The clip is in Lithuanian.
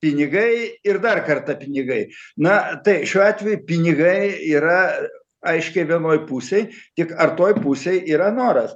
pinigai ir dar kartą pinigai na tai šiuo atveju pinigai yra aiškiai vienoj pusėj tik ar toj pusėj yra noras